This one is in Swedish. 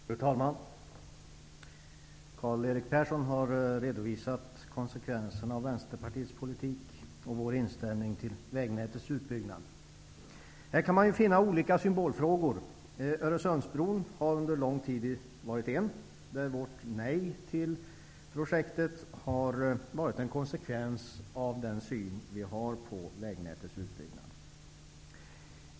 Fru talman! Karl-Erik Persson har redovisat konsekvenserna av Vänsterpartiets politik och inställning till utbyggnaden av vägnätet. Här finns olika symbolfrågor. Öresundsbron har under lång tid varit en, där vårt nej till projektet har varit en konsekvens av den syn vi har på utbyggnaden av vägnätet.